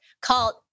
called